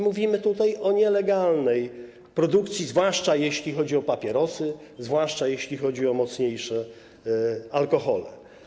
Mówimy tutaj o nielegalnej produkcji, zwłaszcza jeśli chodzi o papierosy, zwłaszcza jeśli chodzi o mocniejsze alkohole.